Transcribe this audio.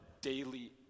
daily